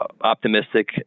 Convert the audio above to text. optimistic